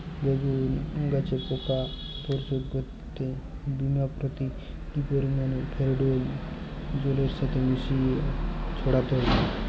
বেগুন গাছে পোকা রোধ করতে বিঘা পতি কি পরিমাণে ফেরিডোল জলের সাথে মিশিয়ে ছড়াতে হবে?